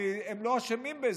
כי הם לא אשמים בזה,